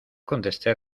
contesté